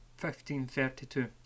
1532